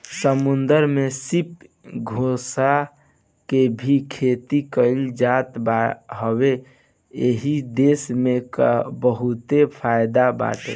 समुंदर में सीप, घोंघा के भी खेती कईल जात बावे एसे देश के बहुते फायदा बाटे